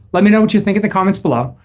let me know what you think in the comments below.